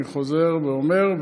אני חוזר ואומר,